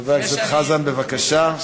חבר הכנסת חזן, בבקשה.